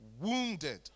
wounded